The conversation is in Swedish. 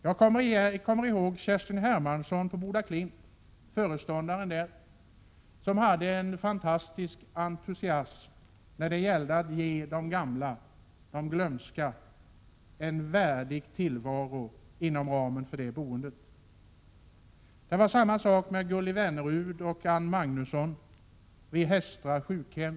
Jag kommer ihåg Kerstin Hermansson, föreståndaren på Bodaklint, som hade en fantastisk entusiasm när det gällde att ge gamla och glömska personer en värdig tillvaro inom ramen för det boendet. Det var samma sak med Gulli Värnerud och Ann Magnussson vid Hestra sjukhem.